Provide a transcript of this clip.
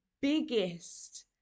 biggest